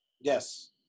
Yes